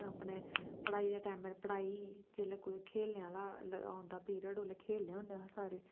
अपने पढ़ाई दे टैमा दे पढ़ाई जेल्लै कुतै खेढने दा औंदा पीरिड ओल्लै खेढने होन्ने अस सारे